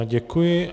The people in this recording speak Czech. Děkuji.